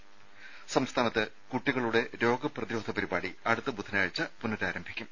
ത സംസ്ഥാനത്ത് കുട്ടികളുടെ രോഗപ്രതിരോധ പരിപാടി അടുത്ത ബുധനാഴ്ച പുനരാരംഭിക്കും